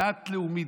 דת לאומית,